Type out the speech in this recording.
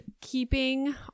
keeping